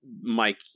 Mike